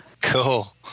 Cool